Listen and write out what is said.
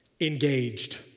Engaged